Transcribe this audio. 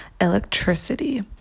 electricity